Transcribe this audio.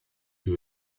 più